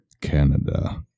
Canada